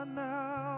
now